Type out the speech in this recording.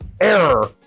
error